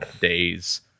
days